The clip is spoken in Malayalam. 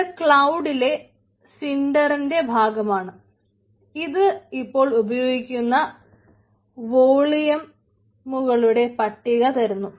ഇത് ക്ലൌഡിലെ സിൻടെറിന്റെ പട്ടിക തരുന്നു